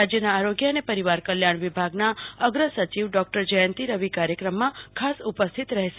રાજ્યના આરોગ્ય અને પરિવાર કલ્યાણ વિભાગના અગ્રસચિવ ડોકટર જયંતિ રવિ કાર્યક્રમમાં ખાસ ઉપસ્થિત રહેશે